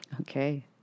Okay